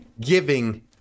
giving